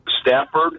Stafford